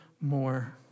more